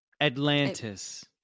Atlantis